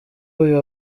uyu